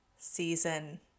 season